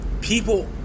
people